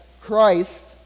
Christ